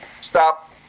stop